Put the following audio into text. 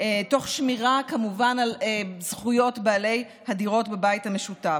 כמובן תוך שמירה על זכויות בעלי הדירות בבית המשותף.